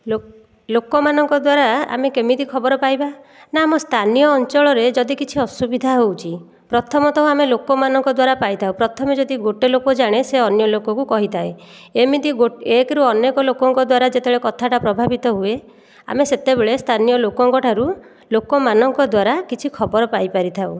ଲୋ ଲୋକମାନଙ୍କ ଦ୍ୱାରା ଆମେ କେମିତି ଖବର ପାଇବା ନା ଆମ ସ୍ଥାନୀୟ ଅଞ୍ଚଳରେ ଯଦି କିଛି ଅସୁବିଧା ହେଉଛି ପ୍ରଥମତଃ ଆମେ ଲୋକମାନଙ୍କ ଦ୍ୱାରା ପାଇଥାଉ ପ୍ରଥମେ ଯଦି ଗୋଟିଏ ଲୋକ ଜାଣେ ସେ ଅନ୍ୟ ଲୋକକୁ କହିଥାଏ ଏମିତି ଗୋ ଏକରୁ ଅନେକ ଲୋକଙ୍କ ଦ୍ୱାରା ଯେତେବେଳେ କଥାଟା ପ୍ରଭାବିତ ହୁଏ ଆମେ ସେତେବେଳେ ସ୍ଥାନୀୟ ଲୋକଙ୍କଠାରୁ ଲୋକମାନଙ୍କ ଦ୍ୱାରା କିଛି ଖବର ପାଇପାରିଥାଉ